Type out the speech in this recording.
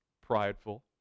prideful